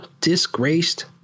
disgraced